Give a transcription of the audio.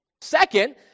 Second